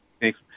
Thanks